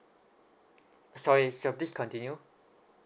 sorry sir please continue